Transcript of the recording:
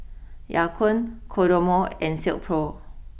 Ya Kun Kodomo and Silkpro